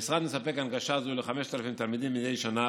המשרד מספק הנגשה זו ל-5,000 תלמידים מדי שנה,